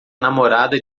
namorada